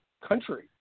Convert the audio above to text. country